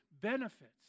benefits